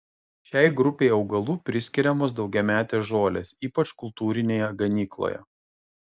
šiai grupei augalų priskiriamos daugiametės žolės ypač kultūrinėje ganykloje